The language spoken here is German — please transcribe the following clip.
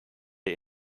der